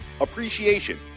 appreciation